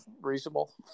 reasonable